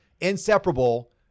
inseparable